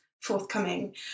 forthcoming